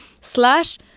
slash